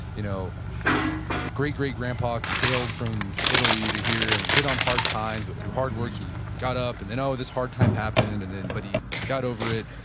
you know great, great grandpa sailed from italy to here and hit on hard times, but through hard work, he got up. and then, oh, this hard time happened, and but he got over it.